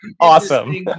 awesome